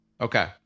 okay